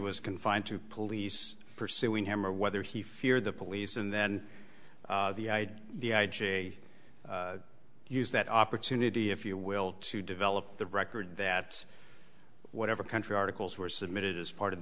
was confined to police pursuing him or whether he feared the police and then the i j a use that opportunity if you will to develop the record that whatever country articles were submitted as part of